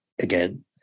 again